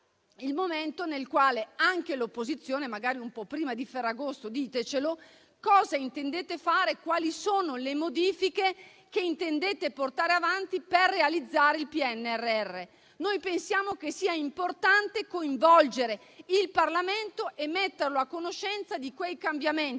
il momento nel quale anche l'opposizione - magari un po' prima di Ferragosto ditecelo - sappia cosa intendete fare e quali sono le modifiche che intendete portare avanti per realizzare il PNRR. Pensiamo che sia importante coinvolgere il Parlamento e metterlo a conoscenza di quei cambiamenti,